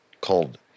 called